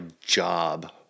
job